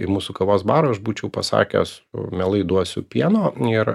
į mūsų kavos barą aš būčiau pasakęs mielai duosiu pieno ir